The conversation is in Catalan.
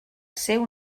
seu